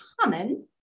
common